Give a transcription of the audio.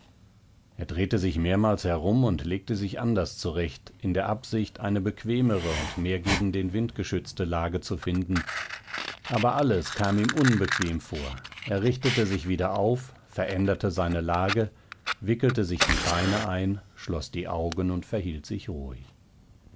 er drehte sich mehrmals herum und legte sich anders zurecht in der absicht eine bequemere und mehr gegen den wind geschützte lage zu finden aber alles kam ihm unbequem vor er richtete sich wieder auf veränderte seine lage wickelte sich die beine ein schloß die augen und verhielt sich ruhig